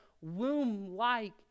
womb-like